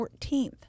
14th